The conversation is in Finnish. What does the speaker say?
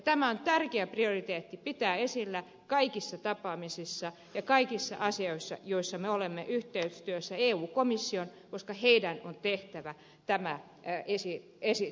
tämä on tärkeä prioriteetti pitää esillä kaikissa tapaamisissa ja kaikissa asioissa joissa me olemme yhteistyössä eun komission kanssa koska heidän on tehtävä tämä esitys